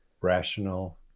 rational